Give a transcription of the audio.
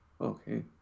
okay